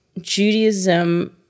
Judaism